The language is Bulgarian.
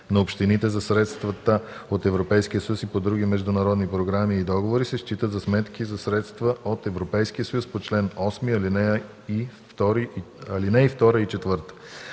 на общините за средствата от Европейския съюз и по други международни програми и договори се считат за сметки за средства от Европейския съюз по чл. 8, ал. 2 и 4.